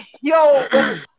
yo